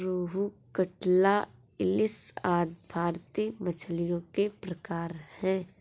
रोहू, कटला, इलिस आदि भारतीय मछलियों के प्रकार है